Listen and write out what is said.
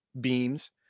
beams